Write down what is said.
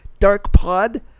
darkpod